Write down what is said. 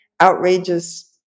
outrageous